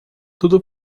tudo